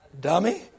Dummy